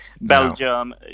Belgium